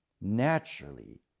naturally